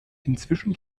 inzwischen